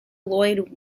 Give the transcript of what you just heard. lloyd